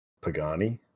pagani